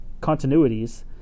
continuities